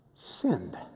sinned